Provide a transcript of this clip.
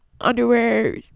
underwear